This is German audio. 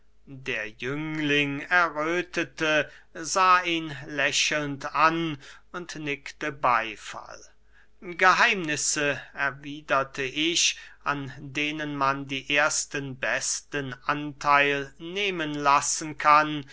der jüngling erröthete sah ihn lächelnd an und nickte beyfall geheimnisse erwiederte ich an denen man die ersten besten antheil nehmen lassen kann